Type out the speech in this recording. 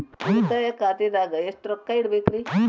ಉಳಿತಾಯ ಖಾತೆದಾಗ ಎಷ್ಟ ರೊಕ್ಕ ಇಡಬೇಕ್ರಿ?